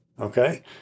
okay